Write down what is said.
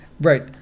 Right